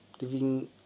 living